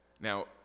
Now